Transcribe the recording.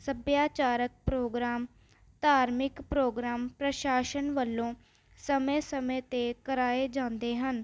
ਸੱਭਿਆਚਾਰਕ ਪ੍ਰੋਗਰਾਮ ਧਾਰਮਿਕ ਪ੍ਰੋਗਰਾਮ ਪ੍ਰਸ਼ਾਸਨ ਵੱਲੋਂ ਸਮੇਂ ਸਮੇਂ 'ਤੇ ਕਰਵਾਏ ਜਾਂਦੇ ਹਨ